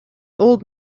old